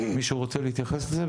מישהו רוצה להתייחס לזה?